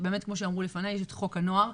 באמת כמו שאמרו לפניי, יש את חוק הנוער.